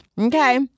Okay